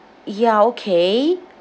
ya okay